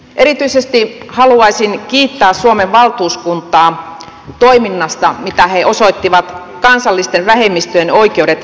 erityisesti haluaisin kiittää suomen valtuuskuntaa toiminnasta mitä he osoittivat kansallisten vähemmistöjen oikeudet raportissa